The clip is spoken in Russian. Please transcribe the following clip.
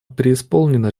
преисполнена